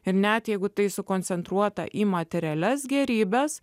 ir net jeigu tai sukoncentruota į materialias gėrybes